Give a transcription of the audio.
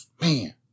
Man